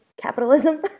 capitalism